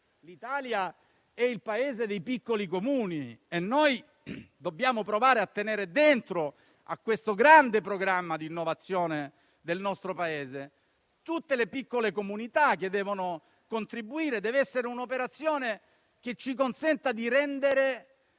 L'Italia è il Paese dei piccoli Comuni e dobbiamo provare a tenere dentro a questo grande programma di innovazione del Paese tutte le piccole comunità, che devono contribuire; dev'essere un'operazione che ci consenta di rendere